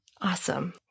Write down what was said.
Awesome